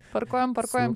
parkuojam parkuojam